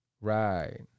Right